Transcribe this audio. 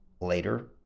later